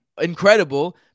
incredible